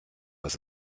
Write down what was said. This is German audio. was